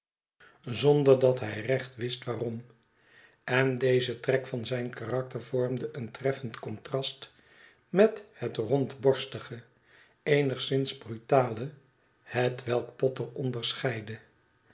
zonder dat hij recht wist waarom en deze trek van zijn karakter vormde een treffend contrast met het rondborstige eenigszins brutale hetwelk potter onderscheidde